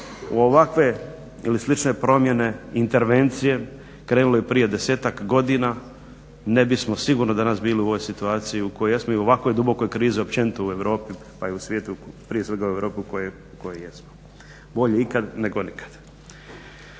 u ovakve ili slične promjene, intervencije krenulo i prije desetak godina. Ne bismo sigurno danas bili u ovoj situaciji u kojoj jesmo i u ovakvoj dubokoj krizi općenito u Europi, pa i u svijetu, prije svega u Europi u kojoj jesmo. Bolje ikad nego nikad.